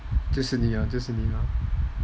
就是你啊就是你啊